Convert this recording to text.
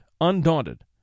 undaunted